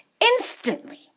instantly